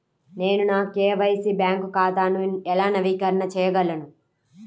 నేను నా KYC bank ఖాతాను ఎలా నవీకరణ చేయగలను?